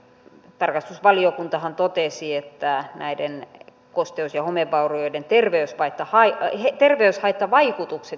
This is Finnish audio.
tarkastusvaliokuntahan todellakin totesi että pelkästään näiden kosteus ja homevaurioiden terveyshaittavaikutukset